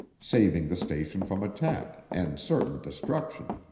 saving the station from attack, and certain destruction.